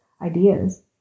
ideas